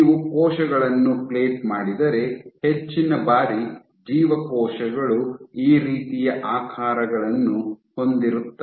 ನೀವು ಕೋಶಗಳನ್ನು ಪ್ಲೇಟ್ ಮಾಡಿದರೆ ಹೆಚ್ಚಿನ ಬಾರಿ ಜೀವಕೋಶಗಳು ಈ ರೀತಿಯ ಆಕಾರಗಳನ್ನು ಹೊಂದಿರುತ್ತವೆ